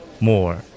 more